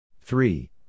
Three